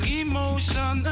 emotion